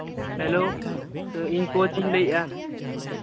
hello ᱤᱧ ᱠᱳᱪ ᱤᱧ ᱞᱟᱹᱭᱮᱜᱼᱟ